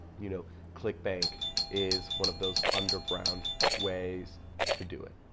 you know clickbank is one of those underground ways to do it.